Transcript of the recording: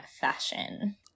fashion